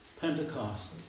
Pentecost